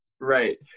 Right